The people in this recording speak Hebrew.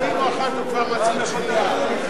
אני מבקש לאפשר לשר לדבר את כל חמש הדקות שעומדות לרשותו,